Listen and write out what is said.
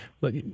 Look